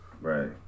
Right